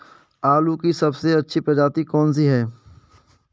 आलू की सबसे अच्छी प्रजाति कौन सी है?